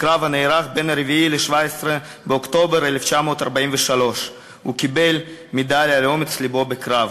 בקרב שנערך בין 4 ל-17 באוקטובר 1943. הוא קיבל מדליה על אומץ לבו בקרב.